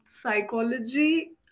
psychology